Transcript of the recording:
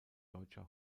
deutscher